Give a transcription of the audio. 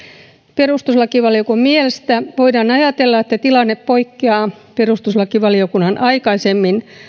perustuslakivaliokunnan mielestä voidaan ajatella että tilanne poikkeaa perustuslakivaliokunnan aikaisemmin